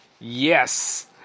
yes